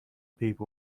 people